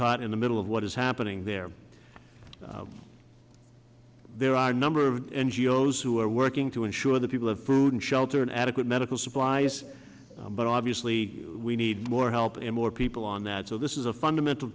caught in the middle of what is happening there there are a number of n g o s who are working to ensure that people have food and shelter in adequate medical supplies but obviously we need more help and more people on that so this is a fundamental